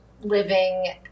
living